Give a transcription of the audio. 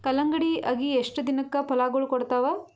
ಕಲ್ಲಂಗಡಿ ಅಗಿ ಎಷ್ಟ ದಿನಕ ಫಲಾಗೋಳ ಕೊಡತಾವ?